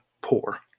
poor